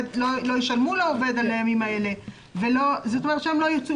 לא ישלמו לעובד על הימים האלה, כלומר הם לא יהיו